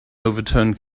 overturned